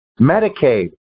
Medicaid